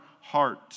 heart